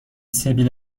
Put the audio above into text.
سبیل